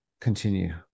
continue